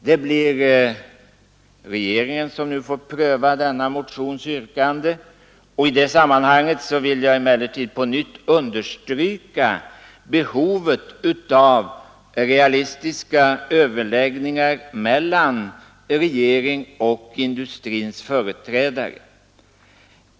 Det blir regeringen som nu får pröva denna motions yrkande, och i det sammanhanget vill jag på nytt understryka behovet av realistiska överläggningar mellan regeringen och industrins företrädare.